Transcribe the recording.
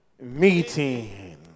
meeting